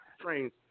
Train's